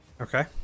Okay